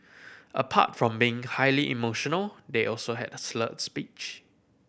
apart from being highly emotional they also had slurred speech